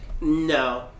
No